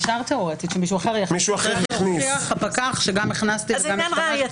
תיאורטית מישהו אחר יכול להכניס --- זה עניין ראייתי.